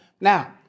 Now